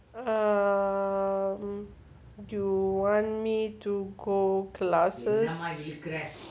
um you want me to go classes